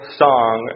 song